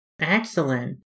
Excellent